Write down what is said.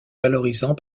valorisant